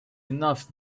enough